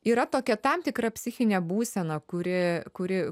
yra tokia tam tikra psichinė būsena kuri kuri